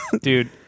Dude